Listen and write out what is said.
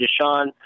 Deshaun